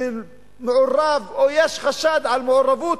מעורב או יש חשד למעורבות,